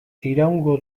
iraungo